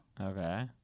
okay